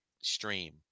stream